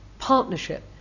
partnership